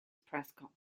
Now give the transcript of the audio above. prescott